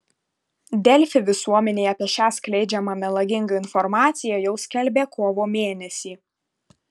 delfi visuomenei apie šią skleidžiamą melagingą informaciją jau skelbė kovo mėnesį